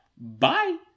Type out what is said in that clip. Bye